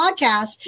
podcast